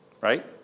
right